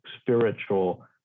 spiritual